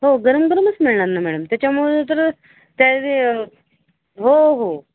हो गरम गरमच मिळणार ना मॅडम त्याच्यामुळे तर त्या हो हो